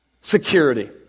security